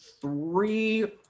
three